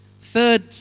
Third